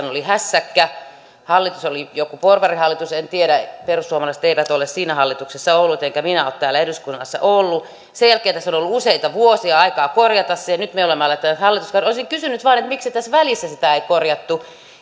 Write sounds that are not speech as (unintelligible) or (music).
(unintelligible) oli hässäkkä hallitus oli joku porvarihallitus en tiedä perussuomalaiset eivät ole siinä hallituksessa olleet enkä minä ole täällä eduskunnassa ollut sen jälkeen tässä on ollut useita vuosia aikaa korjata se ja nyt me olemme aloittaneet hallituskauden olisin kysynyt vain miksi tässä välissä sitä ei korjattu